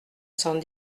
cent